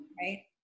Right